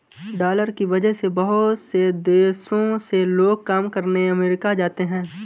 dollar की वजह से बहुत से देशों से लोग काम करने अमरीका जाते हैं